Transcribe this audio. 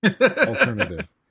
alternative